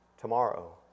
tomorrow